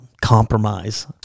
compromise